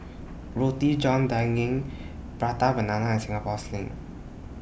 Roti John Daging Prata Banana and Singapore Sling